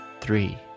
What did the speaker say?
three